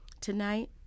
tonight